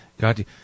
God